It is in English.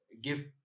give